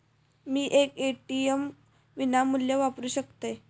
मी ATM विनामूल्य वापरू शकतय?